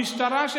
המשטרה,